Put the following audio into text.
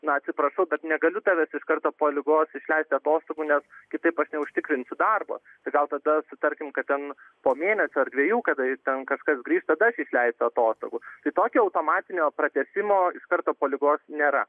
na atsiprašau bet negaliu tavęs iš karto po ligos išleisti atostogų nes kitaip aš neužtikrinsiu darbo tai gal tada sutarkim kad ten po mėnesio ar dviejų kada iš ten kažkas grįš tada išleisiu atostogų tai tokio automatinio pratęsimo iš karto po ligos nėra